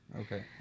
okay